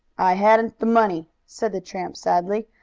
i hadn't the money, said the tramp sadly.